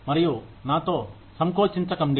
మరియు నాతో సంకోచించకండి